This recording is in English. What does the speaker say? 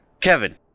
Kevin